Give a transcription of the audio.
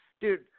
dude